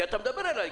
כי אתה מדבר אלי כך.